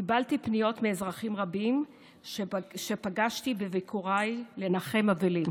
קיבלתי פניות מאזרחים רבים שפגשתי בביקוריי לנחם אבלים.